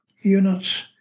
units